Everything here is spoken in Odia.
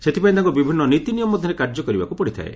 ସେଥିପାଇଁ ତାଙ୍କୁ ବିଭିନ୍ନ ନୀତିନିୟମ ମଧ୍ୟରେ କାର୍ଯ୍ୟ କରିବାକୁ ପଡ଼ିଥାଏ